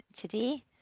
today